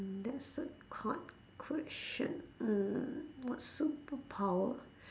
mm that's a hard question mm what superpower